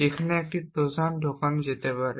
যেখানে একটি ট্রোজান ঢোকানো যেতে পারে